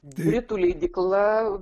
britų leidykla